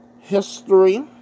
History